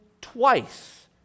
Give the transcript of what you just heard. twice